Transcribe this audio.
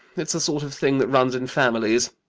it's a sort of thing that runs in families.